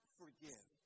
forgive